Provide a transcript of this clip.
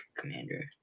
commander